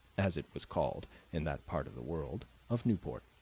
as it was called in that part of the world, of newport.